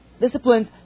disciplines